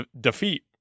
Defeat